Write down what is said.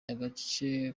agace